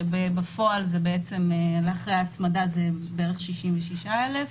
כשבפועל אחרי הצמדה זה בערך 66,000,